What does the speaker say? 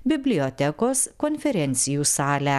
bibliotekos konferencijų salę